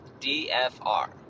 DFR